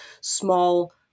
small